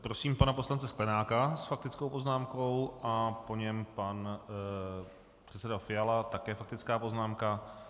Prosím pana poslance Sklenáka s faktickou poznámkou a po něm pan předseda Fiala také s faktickou poznámkou.